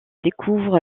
découvre